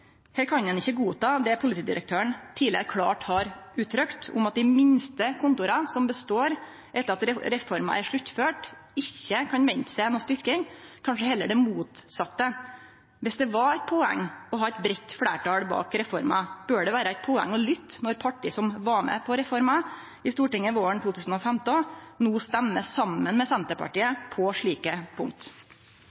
Her kan ein ikkje godta det politidirektøren tidlegare klårt har uttrykt, at dei minste kontora som består etter at reforma er sluttført, ikkje kan vente seg noko styrking, kanskje heller det motsette. Viss det var eit poeng å ha eit breitt fleirtal bak reforma, bør det vere eit poeng å lytte når parti som var med på reforma i Stortinget våren 2015, no stemmer saman med Senterpartiet